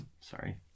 sorry